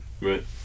Right